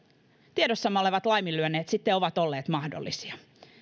tiedossamme olevat laiminlyönnit sitten ovat olleet mahdollisia